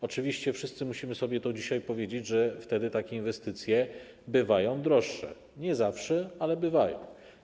Oczywiście wszyscy musimy sobie to dzisiaj powiedzieć: wtedy takie inwestycje bywają droższe, nie zawsze, ale bywają.